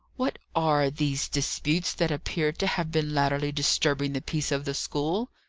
what are these disputes that appear to have been latterly disturbing the peace of the school?